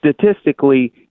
Statistically